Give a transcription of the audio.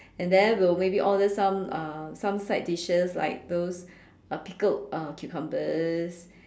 and then we'll maybe order some uh some side dishes like those uh pickled uh cucumbers